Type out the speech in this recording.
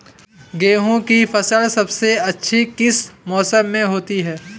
गेंहू की फसल सबसे अच्छी किस मौसम में होती है?